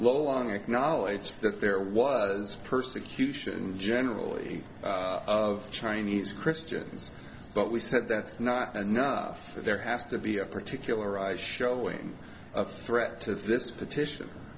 longer acknowledged that there was persecution generally of chinese christians but we said that's not enough there has to be a particularized showing of threat to this petition